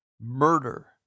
murder